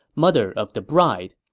mother of the bride.